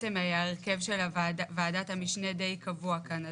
בעצם ההרכב של ועדת המשנה די קבוע כאן,